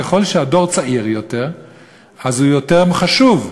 ככל שהדור צעיר יותר אז הוא יותר חשוב,